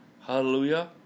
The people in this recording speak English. Hallelujah